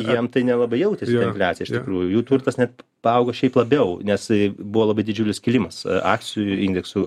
jiem tai nelabai jautėsi ta infliacija iš tikrųjų jų turtas net paaugo šiaip labiau nes buvo labai didžiulis kilimas akcijų indeksų